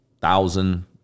thousand